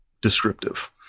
descriptive